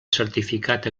certificat